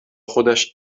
خودش